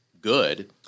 good